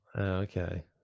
Okay